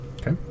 Okay